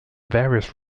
various